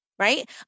Right